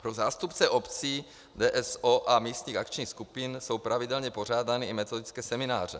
Pro zástupce obcí VOS a místních akčních skupin jsou pravidelně pořádány i metodické semináře.